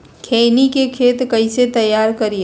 खैनी के खेत कइसे तैयार करिए?